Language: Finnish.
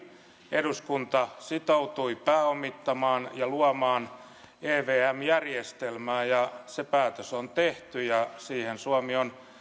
eduskunta sitoutui pääomittamaan ja luomaan evm järjestelmää ja se päätös on tehty ja siihen suomi on